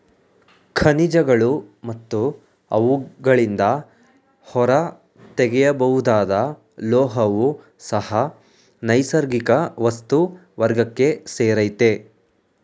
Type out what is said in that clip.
ಖನಿಜಗಳು ಮತ್ತು ಅವುಗಳಿಂದ ಹೊರತೆಗೆಯಬಹುದಾದ ಲೋಹವೂ ಸಹ ನೈಸರ್ಗಿಕ ವಸ್ತು ವರ್ಗಕ್ಕೆ ಸೇರಯ್ತೆ